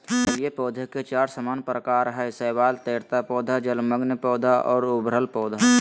जलीय पौधे के चार सामान्य प्रकार हइ शैवाल, तैरता पौधा, जलमग्न पौधा और उभरल पौधा